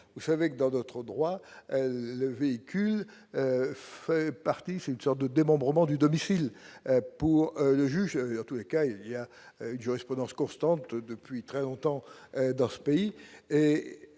vous savez que d'autres, droit. Le véhicule fait partie, c'est une sorte de démembrement du domicile pour le juge, en tous les cas, il y a une jurisprudence constante depuis très longtemps dans ce pays